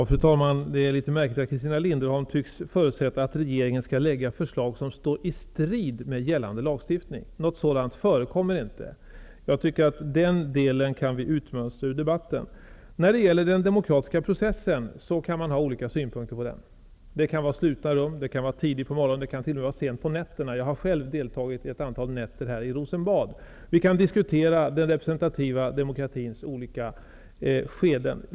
Fru talman! Det är litet märkligt att Christina Linderholm tycks förutsätta att regeringen skall lägga fram förslag som står i strid med gällande lagstiftning. Något sådant förekommer inte. Jag tycker att vi kan utmönstra den delen ur debatten. Man kan ha olika synpunkter på den demokratiska processen. Den kan ske i slutna rum, tidigt på morgnarna och t.o.m. sent på nätterna. Jag har självt deltagit i överläggningar i Rosenbad under ett antal nätter. Vi kan diskutera den representativa demokratins olika skeden.